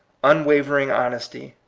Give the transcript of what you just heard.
un wavering honesty,